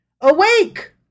Awake